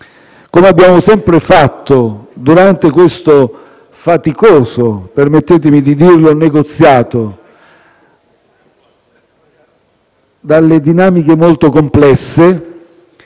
Come abbiamo sempre fatto durante questo faticoso - permettetemi di dirlo - negoziato, dalle dinamiche molto complesse,